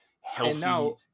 healthy